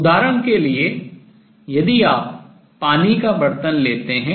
उदाहरण के लिए यदि आप पानी का बर्तन लेते हैं